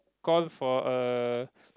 call for a